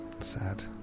Sad